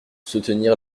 soutenir